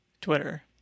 twitter